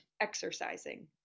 exercising